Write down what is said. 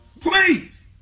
please